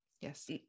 yes